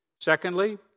Secondly